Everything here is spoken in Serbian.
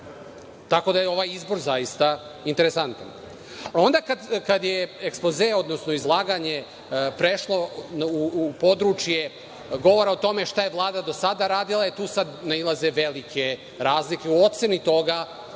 tako da je ovaj izbor zaista interesantan. Onda kada je ekspoze, odnosno izlaganje prešlo u područje govora o tome šta je Vlada do sada radila, e tu sad nailaze velike razlike u oceni toga